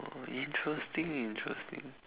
interesting interesting